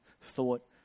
thought